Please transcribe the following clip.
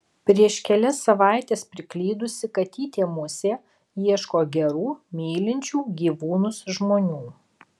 prieš kelias savaites priklydusi katytė musė ieško gerų mylinčių gyvūnus žmonių